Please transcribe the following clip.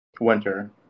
winter